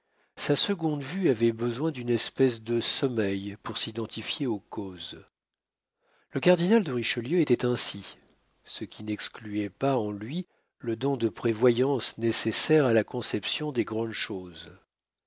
sa seconde vue avait besoin d'une espèce de sommeil pour s'identifier aux causes le cardinal de richelieu était ainsi ce qui n'excluait pas en lui le don de prévoyance nécessaire à la conception des grandes choses